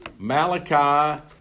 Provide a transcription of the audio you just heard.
Malachi